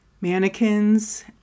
mannequins